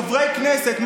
חברי כנסת,